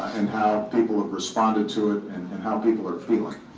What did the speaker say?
and how people have responded to it and and how people are feeling.